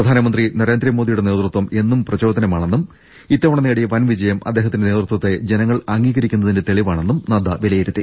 പ്രധാനമന്ത്രി നരേന്ദ്ര മോദിയുടെ നേതൃത്വം എന്നും പ്രചോദനമാണെന്നും ഇത്ത വണ നേടിയ വൻവിജയം അദ്ദേഹത്തിന്റെ നേതൃത്വത്തെ ജന ങ്ങൾ അംഗീകരിക്കുന്നതിന്റെ തെളിവാണെന്നും നദ്ദ വിലയി രുത്തി